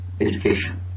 education